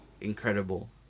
incredible